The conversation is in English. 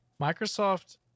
Microsoft